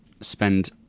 spend